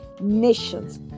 nations